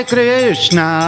Krishna